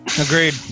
Agreed